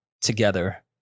together